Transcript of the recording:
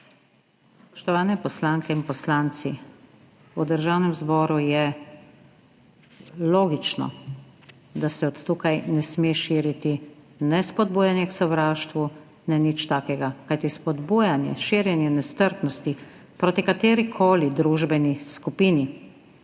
Spoštovane poslanke in poslanci! V Državnem zboru je logično, da se od tukaj ne sme širiti spodbujanje k sovraštvu, nič takega, kajti spodbujanje, širjenje nestrpnosti proti katerikoli družbeni skupini,